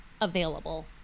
available